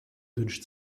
wünscht